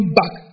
back